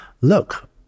look